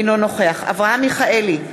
אינו נוכח אברהם מיכאלי,